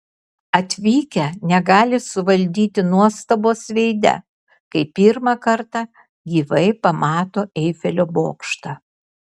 atvykę negali suvaldyti nuostabos veide kai pirmą kartą gyvai pamato eifelio bokštą